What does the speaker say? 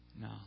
No